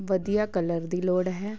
ਵਧੀਆ ਕਲਰ ਦੀ ਲੋੜ ਹੈ